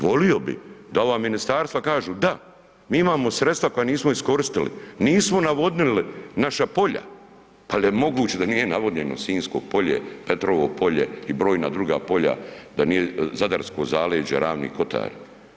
Volio bi da ova ministarstva kažu da, mi imamo sredstva koja nismo iskoristili, nismo navodnili naša polja, ali je moguće da nije navodnjeno Sinjsko polje, Petrovo polje i brojna druga polja, da nije zadarsko zaleđe, Ravni kotari.